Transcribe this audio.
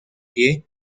pie